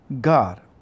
God